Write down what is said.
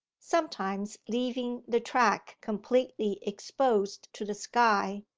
sometimes leaving the track completely exposed to the sky,